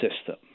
system